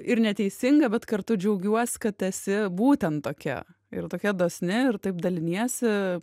ir neteisinga bet kartu džiaugiuos kad esi būtent tokia ir tokia dosni ir taip daliniesi